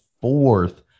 fourth